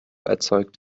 erzeugt